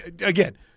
again